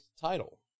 title